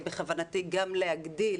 בכוונתי גם להגדיל